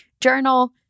journal